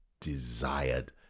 desired